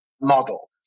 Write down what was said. model